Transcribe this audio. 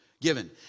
given